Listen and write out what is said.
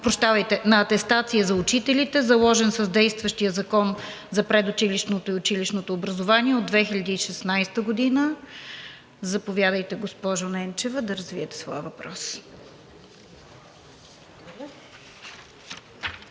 процеса на атестация за учителите, заложен с действащия Закон за предучилищното и училищното образование от 2016 г. Заповядайте, госпожо Ненчева, да развиете своя въпрос.